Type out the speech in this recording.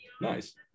Nice